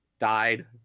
died